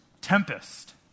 tempest